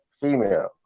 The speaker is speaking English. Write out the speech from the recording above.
female